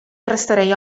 arresterei